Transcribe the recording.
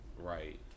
Right